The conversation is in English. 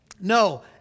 no